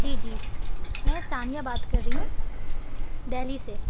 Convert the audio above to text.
جی جی میں ثانیہ بات کر رہی ہوں دہلی سے